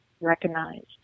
recognized